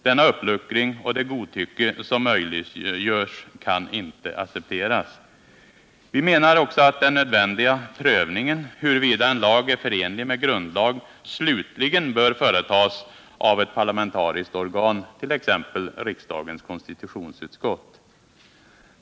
Denna uppluckring och det godtycke som möjliggörs kan inte accepteras. Vi menar att den nödvändiga prövningen av huruvida en lag är förenlig med grundlag slutligen bör företas av ett parlamentariskt organ, t.ex. riksdagens konstitutionsutskott.